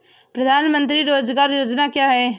प्रधानमंत्री रोज़गार योजना क्या है?